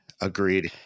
agreed